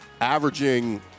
averaging